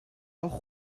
auch